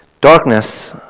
Darkness